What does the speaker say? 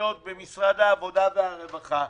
ותוכניות במשרד העבודה והרווחה,